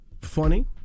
funny